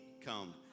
come